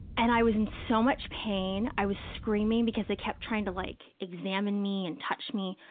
and i was in so much pain. i was screaming because they kept trying to like examine me and touch me,